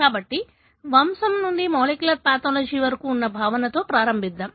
కాబట్టి వంశపు నుండి మాలిక్యులర్ పాథాలజీ వరకు ఉన్న భావనతో ప్రారంభిద్దాం